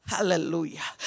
Hallelujah